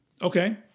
okay